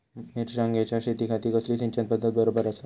मिर्षागेंच्या शेतीखाती कसली सिंचन पध्दत बरोबर आसा?